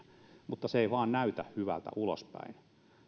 mutta se ei vaan näytä hyvältä ulospäin